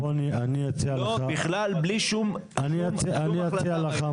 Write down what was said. בכלל בלי החלטה בעניינם.